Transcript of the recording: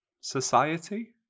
society